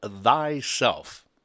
thyself